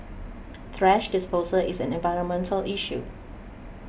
thrash disposal is an environmental issue